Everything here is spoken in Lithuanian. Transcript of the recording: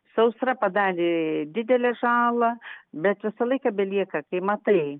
sausra padarė didelę žalą bet visą laiką belieka kai matai